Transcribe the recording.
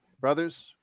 brothers